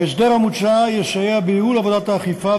ההסדר המוצע יסייע בייעול עבודת האכיפה,